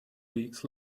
weeks